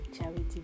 charity